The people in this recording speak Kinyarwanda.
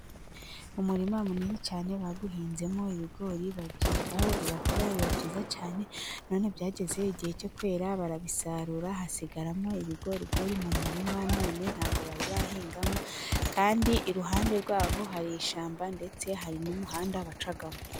Umurima munini cyane, bawuhinzemo ibigori babyitaho birakura biba byiza cyane, none byageze igihe cyo kwera barabisarura, hasigaramo ibigorigori mu murima, none ntabwo bari bahingamo, kandi iruhande rwaho hari ishyamba ndetse hari n'umuhanda bacamo.